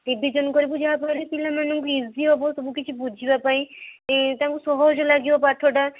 revision କରିବୁ ଯାହାଫଳରେ ପିଲାମାନଙ୍କୁ ଇଜି ହେବ ସବୁକିଛି ବୁଝିବାପାଇଁ ତାଙ୍କୁ ସହଜ ଲାଗିବ ପାଠଟା